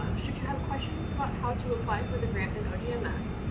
should you have questions about how to apply for the grant in ogms,